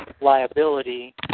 liability